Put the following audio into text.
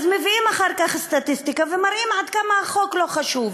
אז מביאים אחר כך סטטיסטיקה ומראים עד כמה החוק לא חשוב.